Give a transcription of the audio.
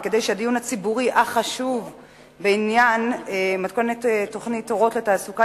וכדי שהדיון הציבורי החשוב בעניין מתכונת תוכנית "אורות לתעסוקה"